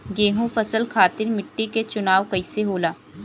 गेंहू फसल खातिर मिट्टी के चुनाव कईसे होला?